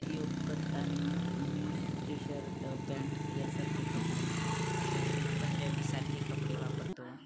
योग करताना आम्ही टी शर्ट पँन्ट यासारखे कपडे किंवा पंजाबीसारखे कपडे वापरतो